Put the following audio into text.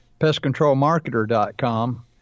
pestcontrolmarketer.com